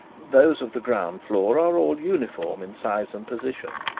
those of the ground floor are all uniform in size and position.